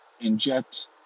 inject